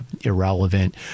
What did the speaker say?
irrelevant